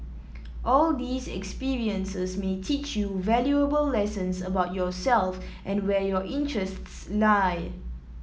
all these experiences may teach you valuable lessons about yourself and where your interests lie